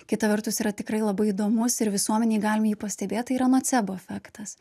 kita vertus yra tikrai labai įdomus ir visuomenėj galim jį pastebėt tai yra nocebo efektas